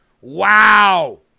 wow